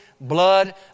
blood